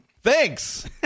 Thanks